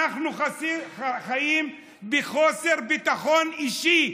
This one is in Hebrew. אנחנו חיים בחוסר ביטחון אישי,